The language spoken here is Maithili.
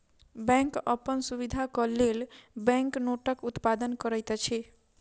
बैंक अपन सुविधाक लेल बैंक नोटक उत्पादन करैत अछि